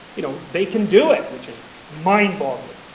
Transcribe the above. you know, they can do it, which is mind-boggling.